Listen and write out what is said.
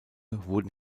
wurden